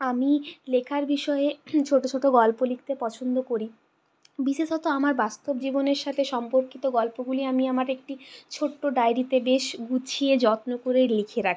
আমি লেখার বিষয়ে ছোটো ছোটো গল্প লিখতে পছন্দ করি বিশেষত আমার বাস্তব জীবনের সাথে সম্পর্কিত গল্পগুলি আমি আমার একটি ছোট্ট ডায়েরিতে বেশ গুছিয়ে যত্ন করে লিখে রাখি